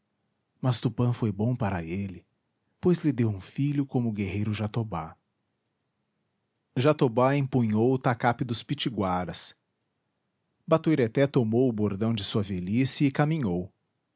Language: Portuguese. mas tupã foi bom para ele pois lhe deu um filho como o guerreiro jatobá jatobá empunhou o tacape dos pitiguaras batuireté tomou o bordão de sua velhice e caminhou